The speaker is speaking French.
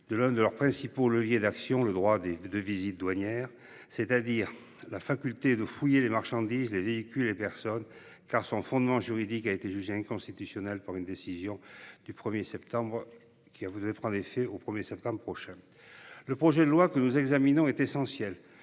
de l’un de leurs principaux leviers d’action, le droit de visite douanière, c’est à dire la faculté de fouiller les marchandises, les véhicules et les personnes, car son fondement juridique avait été jugé inconstitutionnel par une décision prenant effet au 1 septembre prochain. Le projet de loi que nous examinons est essentiel